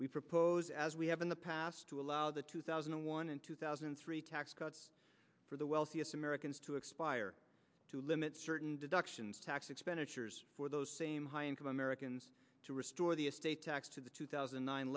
we propose as we have in the past to allow the two thousand and one and two thousand and three tax cuts for the wealthiest americans to expire to limit certain deductions tax expenditures for those same high income americans to restore the estate tax to the two thousand